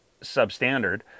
substandard